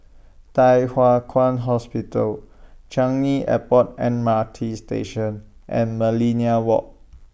Thye Hua Kwan Hospital Changi Airport M R T Station and Millenia Walk